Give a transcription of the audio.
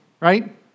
right